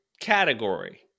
category